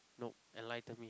nope enlighten me